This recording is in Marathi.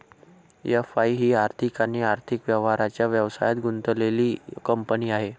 एफ.आई ही आर्थिक आणि आर्थिक व्यवहारांच्या व्यवसायात गुंतलेली कंपनी आहे